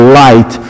light